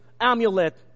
amulet